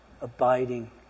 abiding